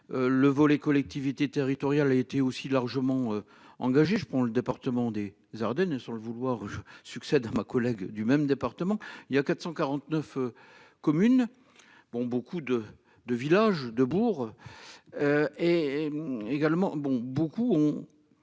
Le volet collectivités territoriales a été aussi largement engagé. Je prends le département des. Ne sans le vouloir j'succède à ma collègue du même département. Il y a 449. Communes. Bon beaucoup de de villages de Bourg. Et. Également bon beaucoup ont.